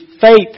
faith